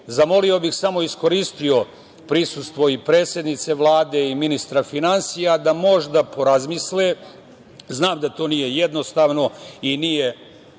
ali neću. Iskoristio bi prisustvo i predsednice Vlade i ministra finansija da možda porazmisle. Znam da to nije jednostavno i nije